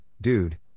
dude